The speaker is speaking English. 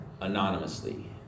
anonymously